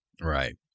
Right